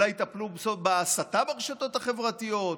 אולי יטפלו בהסתה ברשתות החברתיות,